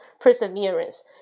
Perseverance